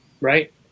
Right